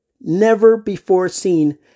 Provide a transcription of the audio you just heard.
never-before-seen